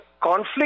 conflict